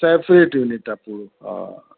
separate हुन type जो हा